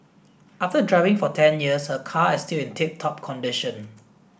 after driving for ten years her car is still in tip top condition